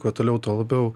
kuo toliau tuo labiau